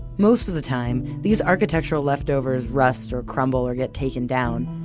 most of the time, these architectural leftovers rust or crumble or get taken down.